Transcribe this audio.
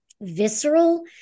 visceral